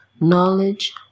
knowledge